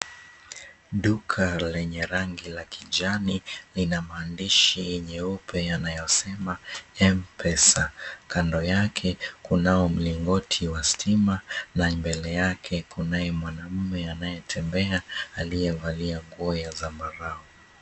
Duka lenye rangi ya kijani lina maandishi meupe yanayosema Mpesa. Kando yake kunao mlingoti wa stima na mbele yake kunaye mwanaume anayetembea aliyevalia nguo ya zambarau.